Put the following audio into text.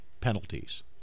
penalties